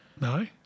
No